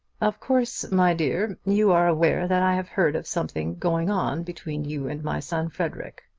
of course, my dear, you are aware that i have heard of something going on between you and my son frederic.